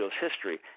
history